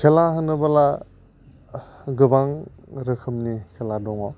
खेला होनोब्ला गोबां रोखोमनि खेला दङ